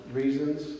reasons